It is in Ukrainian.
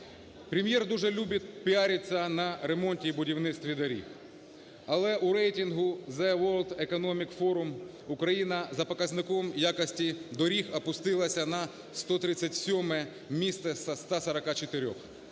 Прем'єр дуже любить піаритися на ремонті і будівництві доріг. Але у рейтингу The World Economic Forum Україна за показником якості доріг опустилася на 137 місце із 144.